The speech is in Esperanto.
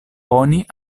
oni